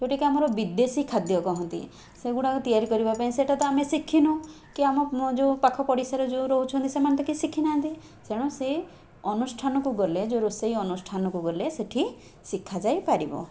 ଯେଉଁଟା କି ଆମର ବିଦେଶୀ ଖାଦ୍ୟ କୁହନ୍ତି ସେଗୁଡ଼ାକ ତିଆରି କରିବା ପାଇଁ ସେଇଟା ତ ଆମେ ଶିଖିନୁ କି ଆମ ଯେଉଁ ପାଖ ପଡ଼ିଶାରେ ଯେଉଁ ରହୁଛନ୍ତି ସେମାନେ ତ କେହି ଶିଖି ନାହାଁନ୍ତି ତେଣୁ ସେଇ ଅନୁଷ୍ଠାନକୁ ଗଲେ ଯେଉଁ ରୋଷେଇ ଅନୁଷ୍ଠାନକୁ ଗଲେ ସେଠି ଶିଖା ଯାଇପାରିବ